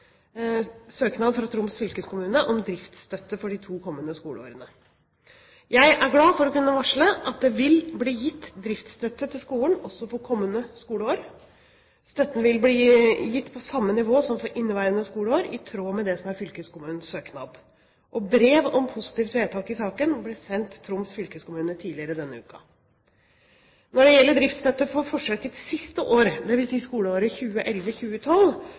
søknad fra Troms fylkeskommune om driftsstøtte for de to kommende skoleårene. Jeg er glad for å kunne varsle at det vil bli gitt driftsstøtte til skolen også for kommende skoleår. Støtten vil bli gitt på samme nivå som for inneværende skoleår, i tråd med det som er fylkeskommunens søknad. Brev om positivt vedtak i saken ble sendt Troms fylkeskommune tidligere denne uken. Når det gjelder driftsstøtte for forsøkets siste år, dvs. skoleåret